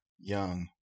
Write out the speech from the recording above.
Young